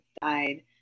died